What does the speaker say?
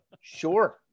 Sure